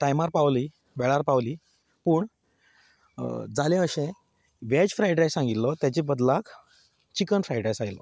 टायमार पावली वेळार पावली पूण जालें अशें वॅज फ्रायड रायस सांगिल्लो ताच्या बदला चिकन फ्रायड ड्रायस आयलो